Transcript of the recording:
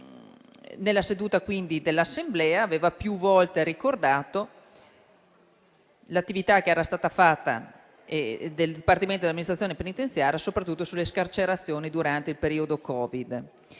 Nella seduta dell'Assemblea, quindi, aveva più volte ricordato l'attività che era stata svolta dal Dipartimento dell'amministrazione penitenziaria, soprattutto rispetto alle scarcerazioni durante il periodo Covid-19.